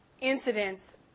incidents